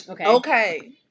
okay